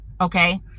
Okay